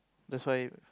that's why